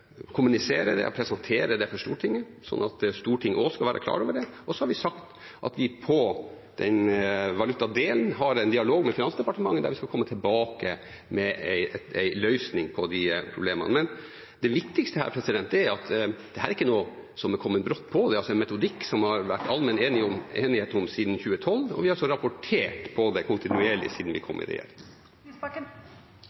kommuniserer det og presenterer det også for Stortinget, slik at Stortinget også skal være klar over det. Vi har også sagt at når det gjelder den valutadelen, har vi en dialog med Finansdepartementet, og vi skal komme tilbake med en løsning på disse problemene. Men det viktigste her er at dette er ikke noe som har kommet brått på. Dette er en metodikk som det har vært allmenn enighet om siden 2012, og vi har rapportert på dette kontinuerlig siden vi kom